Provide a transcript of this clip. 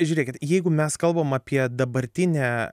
žiūrėkit jeigu mes kalbam apie dabartinę